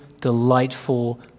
delightful